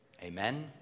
Amen